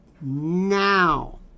now